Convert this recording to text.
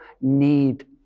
need